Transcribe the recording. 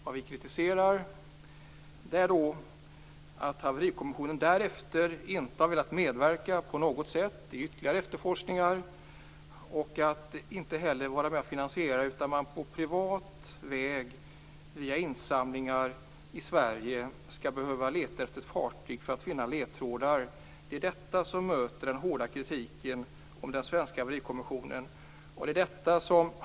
Vad vi kritiserar är att Haverkommissionen därefter inte på något sätt har velat medverka till ytterligare efterforskning och inte heller velat vara med och finansiera. I stället får man via insamlingar i Sverige på privat väg leta efter ett fartyg för att finna ledtrådar. Detta möter hård kritik när det gäller Haverikommissionen i Sverige.